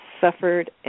suffered